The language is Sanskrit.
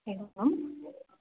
एव आम्